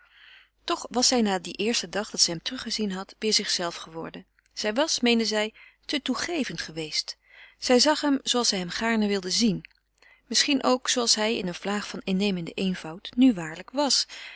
toch was zij na dien eersten dag dat zij hem teruggezien had weder zichzelve geworden zij was meende zij te toegevend geweest zij zag hem zooals zij hem gaarne wilde zien misschien ook zooals hij in een vlaag van innemenden eenvoud nu waarlijk was